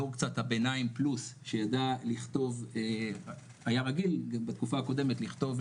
דור הביניים פלוס שהיה רגיל גם בתקופה הקודמת לכתוב,